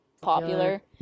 popular